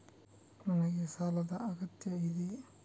ನನಗೆ ಸಾಲದ ಅಗತ್ಯ ಇದೆ?